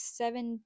seven